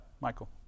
Michael